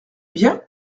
bien